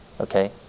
okay